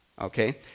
Okay